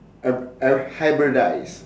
uh uh hybridise